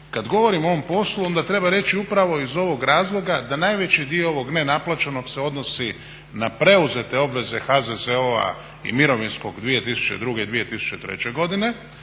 kad govorim o ovom poslu onda treba reći upravo iz ovog razloga da najveći dio ovog nenaplaćenog se odnosi na preuzete obave HZZO i mirovinskog 2002. i 2003. godine,